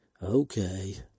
Okay